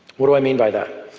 what do i mean by that?